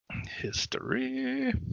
history